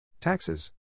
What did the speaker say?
Taxes